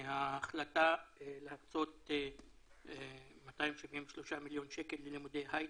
ההחלטה להקצות 273 מיליון שקל ללימודי היי-טק.